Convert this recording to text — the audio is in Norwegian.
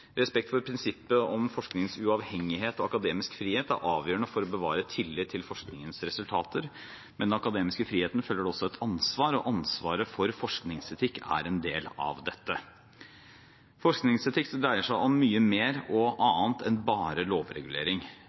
Respekt for prinsippet om forskningens uavhengighet og akademiske frihet er avgjørende for å bevare tillit til forskningens resultater. Med den akademiske friheten følger det også et ansvar. Ansvaret for forskningsetikk er en del av dette. Forskningsetikk dreier seg om mye mer og annet enn bare lovregulering.